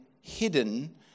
hidden